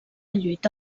lluita